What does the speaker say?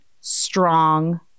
strong